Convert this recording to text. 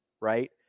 Right